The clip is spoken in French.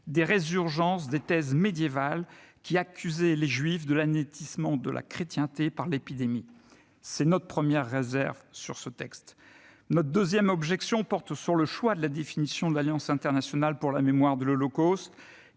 des résurgences des thèses médiévales qui accusaient les juifs de l'anéantissement de la chrétienté par l'épidémie ? C'est notre première réserve sur ce projet. Notre deuxième objection porte sur le choix de la définition de l'Alliance internationale pour la mémoire de l'Holocauste,